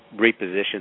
reposition